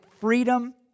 freedom